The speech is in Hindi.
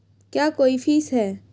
क्या कोई फीस है?